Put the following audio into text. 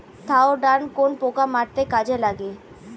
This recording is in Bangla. থাওডান কোন পোকা মারতে কাজে লাগে?